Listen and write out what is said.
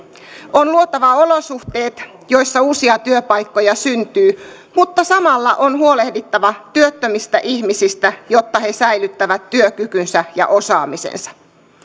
on luotava olosuhteet joissa uusia työpaikkoja syntyy mutta samalla on huolehdittava työttömistä ihmisistä jotta he säilyttävät työkykynsä ja osaamisensa